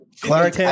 Clark